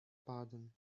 pardon